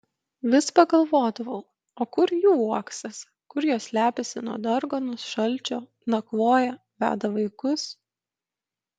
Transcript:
vis pagalvodavau o kur jų uoksas kur jos slepiasi nuo darganos šalčio nakvoja veda vaikus